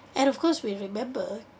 and of course we remember